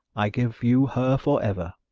i give you her for ever.